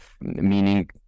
meaning